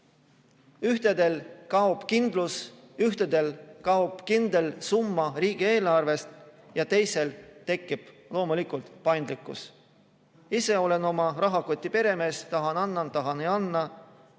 Ühtedel kaob kindlus, ühtedel kaob kindel summa riigieelarvest, teisel aga tekib loomulikult paindlikkus. Ise olen oma rahakoti peremees: tahan, annan, tahan, ei anna.